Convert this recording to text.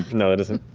no, it isn't.